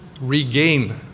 regain